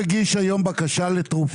את האגף.